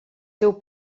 seu